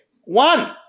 One